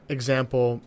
Example